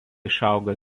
išauga